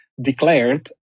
declared